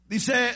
Dice